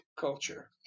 culture